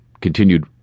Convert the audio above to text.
continued